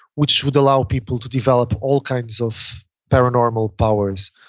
which would allow people to develop all kinds of paranormal powers,